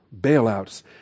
bailouts